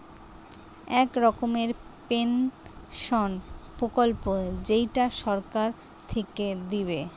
এক রকমের পেনসন প্রকল্প যেইটা সরকার থিকে দিবে